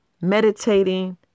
meditating